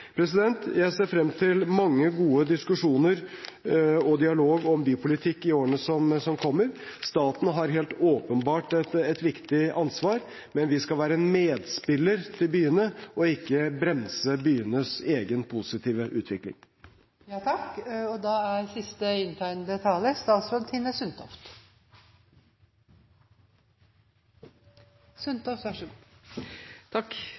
Jeg ser frem til mange gode diskusjoner og dialog om bypolitikk i årene som kommer. Staten har helt åpenbart et viktig ansvar. Vi skal være byenes medspiller – ikke bremse byenes egen positive